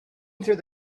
through